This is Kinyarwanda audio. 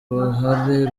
ruhare